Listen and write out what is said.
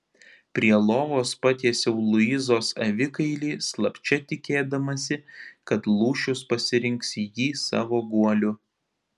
prie lovos patiesiau luizos avikailį slapčia tikėdamasi kad lūšius pasirinks jį savo guoliu